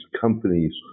companies